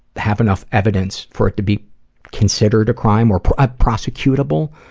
have enough evidence for it to be considered a crime, or ah prosecutable,